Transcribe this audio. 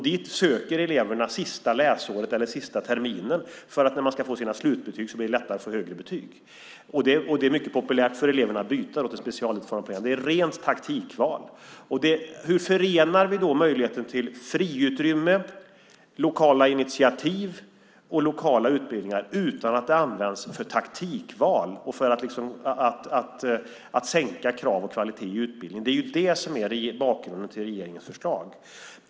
Dit söker eleverna sista läsåret eller sista terminen för att det då blir lättare att få högre slutbetyg. Det är mycket populärt bland eleverna att byta till specialutformade program. Det är rent taktikval. Hur förenar vi då möjligheten till friutrymme, lokala initiativ och lokala utbildningar utan att det används för taktikval och för att sänka krav och kvalitet i utbildningen? Det är det som är bakgrunden till regeringens förslag.